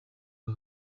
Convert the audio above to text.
bwa